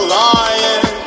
lying